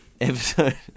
Episode